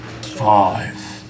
Five